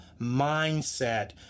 mindset